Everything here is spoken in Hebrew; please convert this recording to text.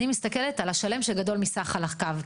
אני מתסכלת על השלם שגדול מסך חלקיו,